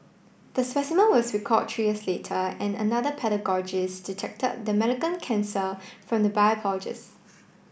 the specimen was recalled three years later and another detected the cancer from